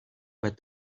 but